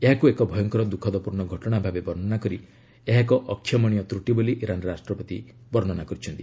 ଏହାକୁ ଏକ ଭୟଙ୍କର ଦ୍ୟୁଖଦପ୍ରର୍ଣ୍ଣ ଘଟଣା ଭାବେ ବର୍ଷ୍ଣନା କରି ଏହା ଏକ ଅକ୍ଷମଣୀୟ ତ୍ରୁଟି ବୋଲି ଇରାନ୍ ରାଷ୍ଟ୍ରପତି କହିଛନ୍ତି